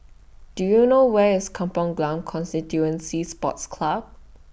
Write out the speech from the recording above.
Do YOU know Where IS Kampong Glam Constituency Sports Club